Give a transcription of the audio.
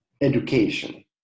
education